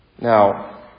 Now